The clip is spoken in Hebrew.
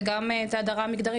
וגם את ההדרה המגדרית,